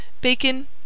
Bacon